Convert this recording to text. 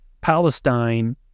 Palestine